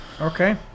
Okay